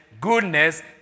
goodness